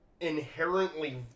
inherently